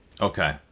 Okay